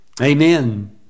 Amen